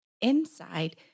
Inside